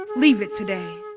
leave it today,